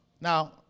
Now